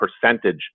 percentage